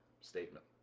statement